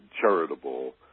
charitable